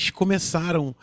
começaram